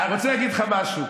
אני רוצה להגיד לך משהו.